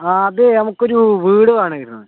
ആ അതേ നമുക്കൊരു വീട് വേണമായിരുന്നു